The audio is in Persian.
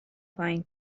پایین